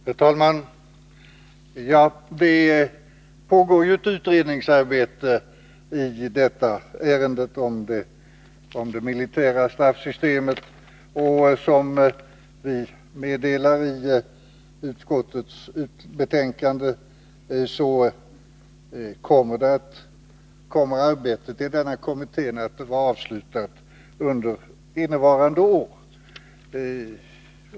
Herr talman! Det pågår utredningsarbete i detta ärende om det militära straffsystemet, och som vi meddelar i utskottets betänkande kommer arbetet att vara avslutat under innevarande år.